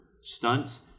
stunts